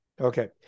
okay